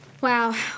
Wow